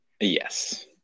Yes